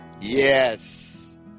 Yes